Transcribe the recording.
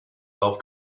golf